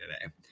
today